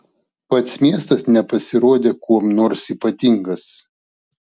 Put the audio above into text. pats miestas nepasirodė kuom nors ypatingas